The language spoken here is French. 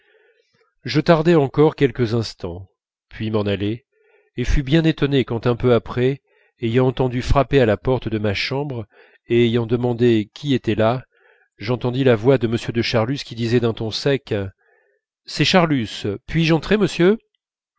je tardai encore quelques instants puis m'en allai et fus bien étonné quand un peu après ayant entendu frapper à la porte de ma chambre et ayant demandé qui était là j'entendis la voix de m de charlus qui disait d'un ton sec c'est charlus puis-je entrer monsieur